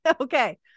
Okay